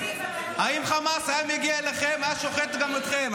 אם חמאס היה מגיע אליכם, היה שוחט גם אתכם?